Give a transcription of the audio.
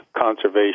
conservation